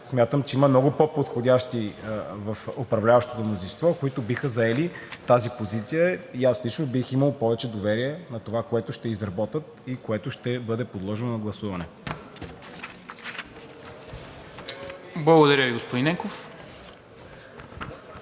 смятам, че има много по-подходящи в управляващото мнозинство, които биха заели тази позиция, и аз лично бих имал повече доверие в това, което ще изработят и ще бъде подложено на гласуване. ПРЕДСЕДАТЕЛ